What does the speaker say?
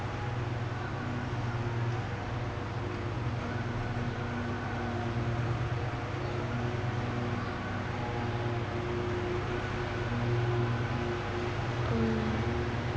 mm